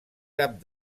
cap